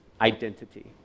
identity